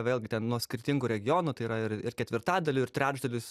vėlgi ten nuo skirtingų regionų tai yra ir ir ketvirtadaliu ir trečdalis